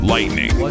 Lightning